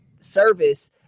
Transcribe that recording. service